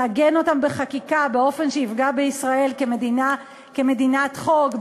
לעגן אותם בחקיקה באופן שיפגע בישראל כמדינת חוק,